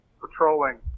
patrolling